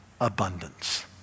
abundance